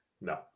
No